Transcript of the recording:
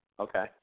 Okay